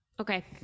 Okay